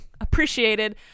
Appreciated